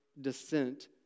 descent